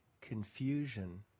confusion